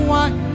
one